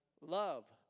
Love